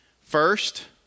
First